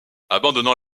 abandonnant